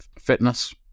fitness